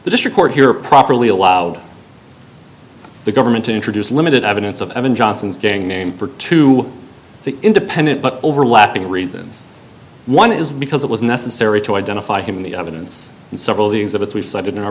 the district court here properly allowed the government to introduce limited evidence of evan johnson's gang name for to the independent but overlapping reasons one is because it was necessary to identify him the evidence and several of the exhibits we cited in our